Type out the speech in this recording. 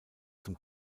zum